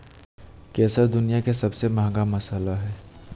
केसर दुनिया के सबसे महंगा मसाला हइ